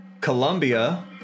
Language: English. Colombia